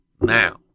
now